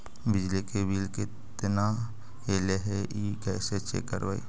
बिजली के बिल केतना ऐले हे इ कैसे चेक करबइ?